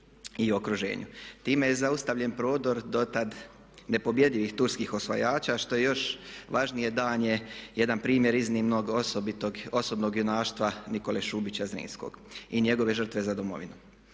Time je zaustavljen prodor dotad nepobjedivih turskih osvajača. Što je još važnije dan je jedan primjer iznimnog, osobnog junaštva Nikole Šubića Zrinskog i njegove žrtve za Domovinu.